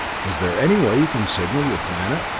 is there any way you can signal your planet?